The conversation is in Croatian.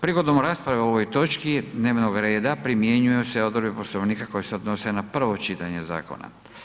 Prigodom rasprave o ovoj točki dnevnog reda primjenjuju se odredbe Poslovnika koje se odnose na prvo čitanje zakona.